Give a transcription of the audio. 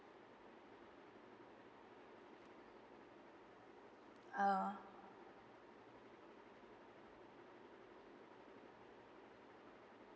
oh